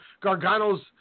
Gargano's